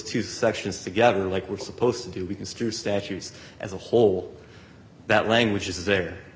two sections together like we're supposed to do we construe statutes as a whole that language is there